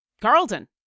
Carlton